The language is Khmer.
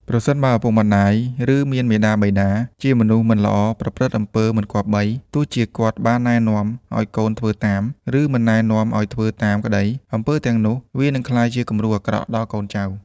ប្រសិនបើឱពុកម្ដាយ ឬមានមាតាបិតា ជាមនុស្សមិនល្អប្រព្រឹត្តអំពើមិនគប្បី ទោះជាគាត់បាននែនាំអោយកូនធ្វើតាម ឬមិននែនាំអោយធ្វើតាមក្តី អំពើទាំងនោះវានិងក្លាយជាគំរូអាក្រក់ដល់កូនចៅ។